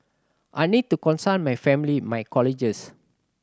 I need to consult my family my colleagues